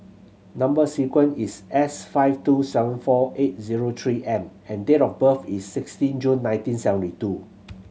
number sequence is S five two seven four eight zero Three M and date of birth is sixteen June nineteen seventy two